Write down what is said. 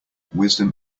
wisdom